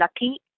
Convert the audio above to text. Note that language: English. lucky